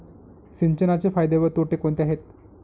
सिंचनाचे फायदे व तोटे कोणते आहेत?